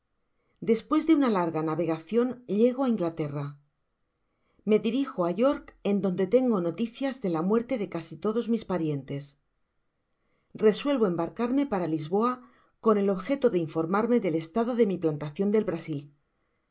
despues de una larga navegacion llego á inglaterra me dirijo á york en donde tedgo noticias de la muerte de casi todos mis parientes resuelvo embarcarme para lisboa con el objeto de informarme del estado de mi plantacion del brasil entrevista con